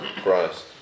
Christ